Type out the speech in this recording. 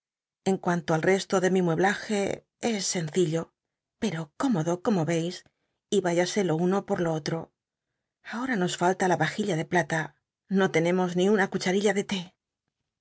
en cuanto al como cómodo pero sencillo es de mi mueblaje veis y v iya e lo uno po lo otro ahom nos falta la vajilla de plata no tenemos ni una cuchal'illa de té